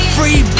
Free